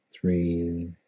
three